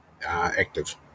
active